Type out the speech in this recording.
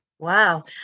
Wow